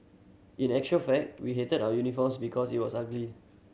in a actual fact we hated our uniforms because it was ugly